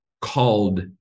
called